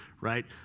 right